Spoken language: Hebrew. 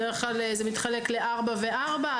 בדרך כלל זה מתחלק לארבע שעות וארבע שעות.